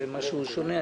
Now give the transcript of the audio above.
זה משהו שונה.